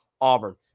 Auburn